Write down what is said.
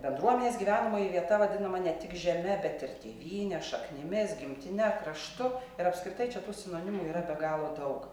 bendruomenės gyvenamoji vieta vadinama ne tik žeme bet ir tėvyne šaknimis gimtine kraštu ir apskritai čia tų sinonimu yra be galo daug